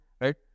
right